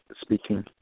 speaking